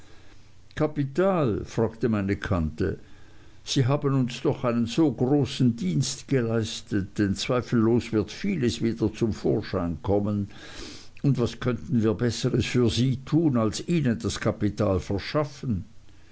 kapital fragte meine tante sie haben uns doch einen so großen dienst geleistet denn zweifellos wird vieles wieder zum vorschein kommen und was könnten wir besseres für sie tun als ihnen das kapital verschaffen